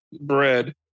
bread